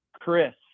Chris